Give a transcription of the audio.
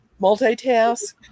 multitask